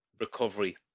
recovery